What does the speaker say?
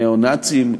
ניאו-נאציים,